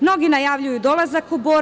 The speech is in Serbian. Mnogi najavljuju dolazak u Bor.